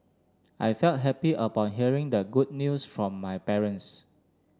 I felt happy upon hearing the good news from my parents